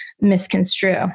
misconstrue